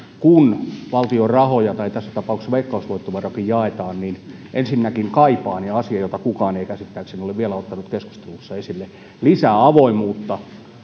kun valtion rahoja tai tässä tapauksessa veikkausvoittovaroja jaetaan niin ensinnäkin kaipaan ja asia jota kukaan ei käsittääkseni ole vielä ottanut keskustelussa esille lisää avoimuutta